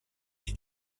ait